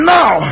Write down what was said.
Now